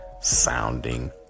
sounding